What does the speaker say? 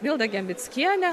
milda gembickiene